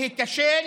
להיכשל,